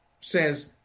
says